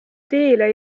teele